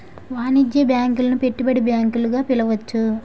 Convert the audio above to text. వాణిజ్య బ్యాంకులను పెట్టుబడి బ్యాంకులు గా పిలవచ్చు